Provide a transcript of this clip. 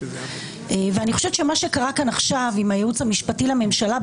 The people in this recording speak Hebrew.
מה שקרה כאן עכשיו עם הייעוץ המשפטי לממשלה,